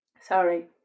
Sorry